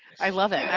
i love it.